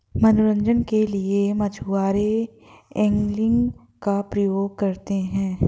मनोरंजन के लिए भी मछुआरे एंगलिंग का प्रयोग करते हैं